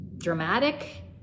Dramatic